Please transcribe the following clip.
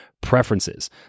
preferences